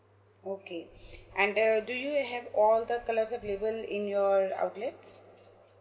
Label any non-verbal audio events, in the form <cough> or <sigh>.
okay <breath> and the do you have all the colours available in your outlets